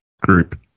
group